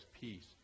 peace